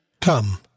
Come